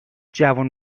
جوون